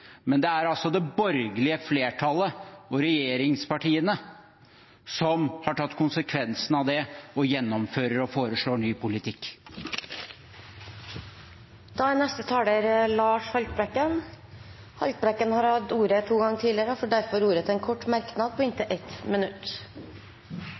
men det er altså det borgerlige flertallet, og regjeringspartiene, som har tatt konsekvensen av det og gjennomfører og foreslår ny politikk. Representanten Lars Haltbrekken har hatt ordet to ganger tidligere og får ordet til en kort merknad,